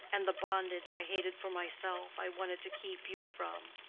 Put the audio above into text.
and the bondage i hated for myself i wanted to keep you from.